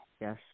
Yes